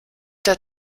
der